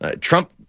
Trump